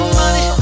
money